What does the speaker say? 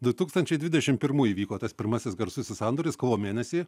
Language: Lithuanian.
du tūkstančiai dvidešim pirmų įvyko tas pirmasis garsusis sandoris kovo mėnesį